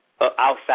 outside